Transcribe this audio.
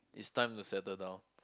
it's time to settle down